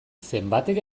zenbatek